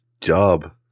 job